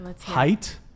Height